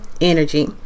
energy